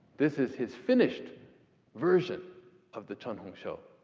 this is his finished version of the chen hongshou.